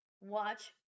watch